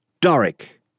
Doric